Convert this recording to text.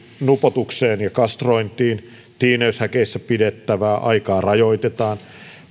nupoutukseen ja kastrointiin se että tiineytyshäkeissä pidettävää aikaa rajoitetaan